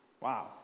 Wow